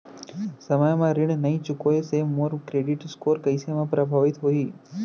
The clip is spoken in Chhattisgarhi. समय म ऋण नई चुकोय से मोर क्रेडिट स्कोर कइसे म प्रभावित होही?